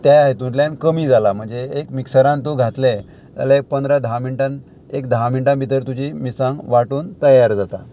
त्या हेतूतल्यान कमी जाला म्हणजे एक मिक्सरान तूं घातलें जाल्यार एक पंदरा धा मिनटान एक धा मिनटां भितर तुजी मिसांग वांटून तयार जाता